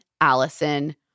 Allison